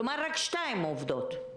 כלומר, רק שתיים עובדות.